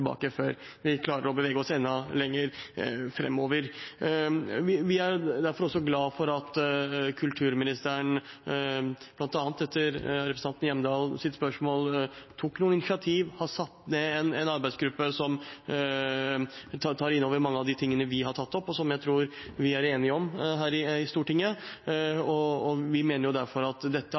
før vi klarer å bevege oss enda lenger framover. Vi er derfor også glad for at kulturministeren, bl.a. etter representanten Hjemdals spørsmål, tok noen initiativ og har satt ned en arbeidsgruppe som tar opp i seg mange av de tingene vi har tatt opp, og som jeg tror vi er enige om her i Stortinget. Vi mener derfor at dette